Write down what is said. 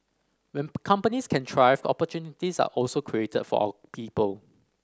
when companies can thrive opportunities are also created for our people